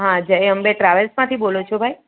હા જય અંબે ટ્રાવેલ્સમાંથી બોલો છો ભાઈ